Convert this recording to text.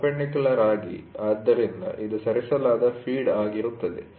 perpendicular ಆಗಿ ಆದ್ದರಿಂದ ಇದು ಸರಿಸಲಾದ ಫೀಡ್ ಆಗಿರುತ್ತದೆ